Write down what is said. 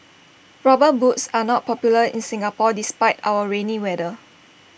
rubber boots are not popular in Singapore despite our rainy weather